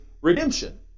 redemption